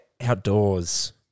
outdoors